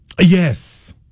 Yes